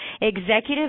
Executive